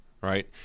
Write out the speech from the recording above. right